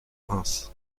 reims